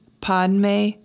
Padme